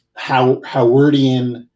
Howardian